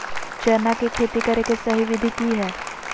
चना के खेती करे के सही विधि की हय?